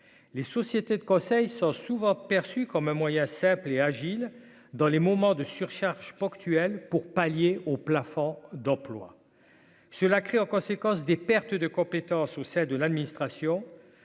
les sociétés de conseil sont souvent perçus comme un moyen simple et Agile dans les moments de surcharge ponctuelle pour palier au plafond d'emplois cela crée en conséquence des pertes de compétences ou c'est de l'administration